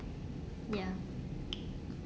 ya